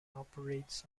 operates